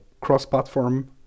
cross-platform